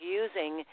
using